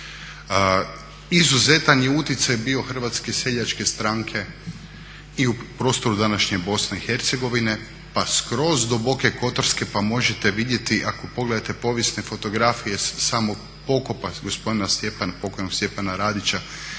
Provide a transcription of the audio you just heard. Izuzetan je uticaj bio Hrvatske seljačke stranke i u prostoru današnje Bosne i Hercegovine pa skroz do Boke kotorske, pa možete vidjeti ako pogledate povijesne fotografije samog pokopa gospodina, pokojnog Stjepana Radića